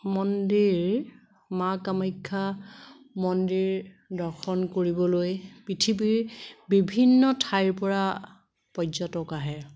মন্দিৰ মা কামাখ্যা মন্দিৰ দৰ্শন কৰিবলৈ পৃথিৱীৰ বিভিন্ন ঠাইৰ পৰা পৰ্যটক আহে